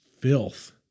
filth